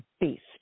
beast